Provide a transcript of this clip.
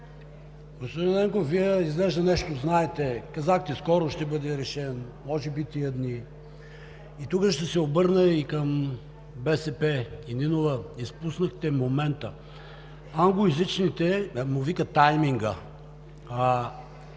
Господин Ненков, Вие изглежда нещо знаете – казахте, че скоро ще бъде решен, може би тези дни. Тук ще се обърна към БСП и Нинова! Изпуснахте момента! Англоезичните му викат „тайминг“.